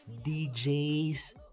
DJs